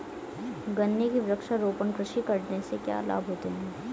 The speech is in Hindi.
गन्ने की वृक्षारोपण कृषि करने से क्या लाभ होते हैं?